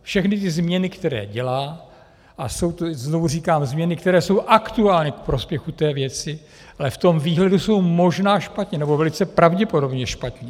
Všechny ty změny, které dělá, a znovu říkám, změny, které jsou aktuálně k prospěchu té věci, ale v tom výhledu jsou možná špatně, nebo velice pravděpodobně špatně.